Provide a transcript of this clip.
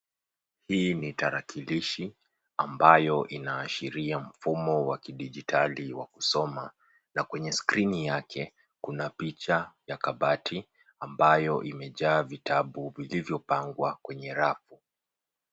Hii ni tarakilishi ambayo inaashiria mfumo wa kidijitali wa kusoma na kwenye skrini yake Kuna picha ya kabati ambayo imejaa vitabu vilivyopangwa kwenye rafu.